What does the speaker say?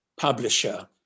publisher